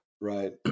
Right